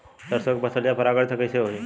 सरसो के फसलिया परागण से कईसे होई?